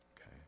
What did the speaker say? okay